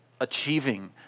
achieving